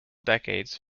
decades